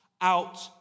out